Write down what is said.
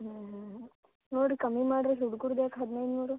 ಹ್ಞೂ ಹ್ಞೂ ಹ್ಞೂ ನೋಡಿ ಕಮ್ಮಿ ಮಾಡಿರಿ ಹುಡುಗುರ್ದೇ ಕಮ್ಮಿ ನೋಡು